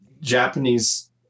Japanese